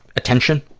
attention,